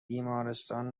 بیمارستان